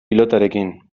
pilotarekin